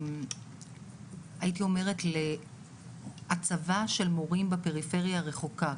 הייתי אומרת להצבה של מורים בפריפריה הרחוקה,